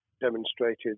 demonstrated